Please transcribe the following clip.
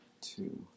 two